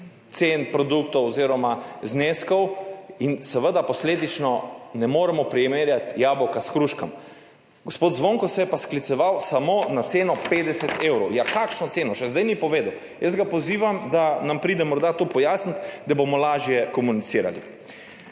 cen produktov oziroma zneskov in seveda posledično ne moremo primerjati jabolk s hruškami, gospod Zvonko se je pa skliceval samo na ceno 50 evrov. Kakšno ceno? Še zdaj ni povedal. Jaz ga pozivam, da nam pride morda to pojasnit, da bomo lažje komunicirali.